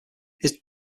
his